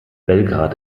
belgrad